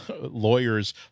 lawyers